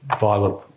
violent